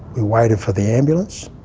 we waited for the ambulance,